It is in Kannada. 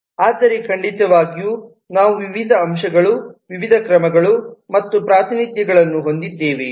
ಆದರೆ ಖಂಡಿತವಾಗಿಯೂ ನಾವು ವಿವಿಧ ಅಂಶಗಳು ವಿವಿಧ ಕ್ರಮಗಳು ಮತ್ತು ಪ್ರಾತಿನಿಧ್ಯಗಳನ್ನು ಹೊಂದಿದ್ದೇವೆ